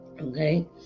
Okay